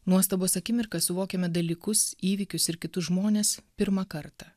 nuostabos akimirką suvokiame dalykus įvykius ir kitus žmones pirmą kartą